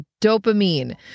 dopamine